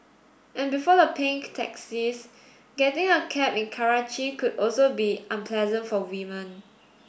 and before the pink taxis getting a cab in Karachi could also be unpleasant for women